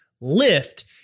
lift